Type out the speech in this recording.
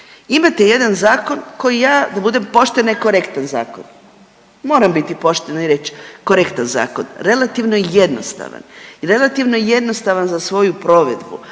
Imate jedan zakon koji ja da budem poštena i korektan zakon, moram biti poštena i reć korektan zakon, relativno je jednostavan i relativno je jednostavan za svoju provedbu.